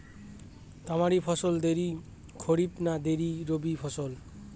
তামারি ফসল দেরী খরিফ না দেরী রবি ফসল?